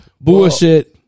Bullshit